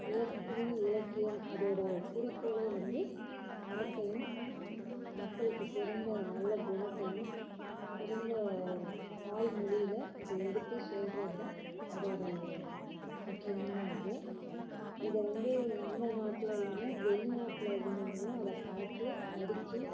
இலக்கணம் இலக்கியம் அதோடய குறிக்கோளே வந்து அறத்தையும் மக்களுக்கு சிறந்த நல்ல குணத்தையும் சிறந்த தாய்மொழியில் அதை எடுத்து சொல்றதுதான் அதோடய முக்கியமான இதே இதை வந்து நம்ம நாட்டில இல்லாமல் வெளிநாட்டில இருந்தவங்களும் அதை பார்த்து படித்து